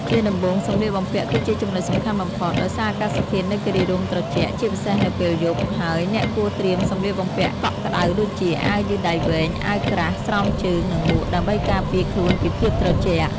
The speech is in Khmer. ជាដំបូង សម្លៀកបំពាក់ គឺជាចំណុចសំខាន់បំផុត ដោយសារអាកាសធាតុនៅគិរីរម្យត្រជាក់ ជាពិសេសនៅពេលយប់ ហើយអ្នកគួរត្រៀមសម្លៀកបំពាក់កក់ក្តៅដូចជា អាវយឺតដៃវែង អាវក្រាស់ ស្រោមជើង និងមួក ដើម្បីការពារខ្លួនពីភាពត្រជាក់។